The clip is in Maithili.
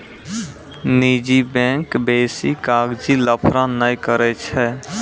निजी बैंक बेसी कागजी लफड़ा नै करै छै